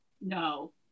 No